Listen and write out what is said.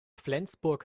flensburg